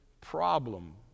problem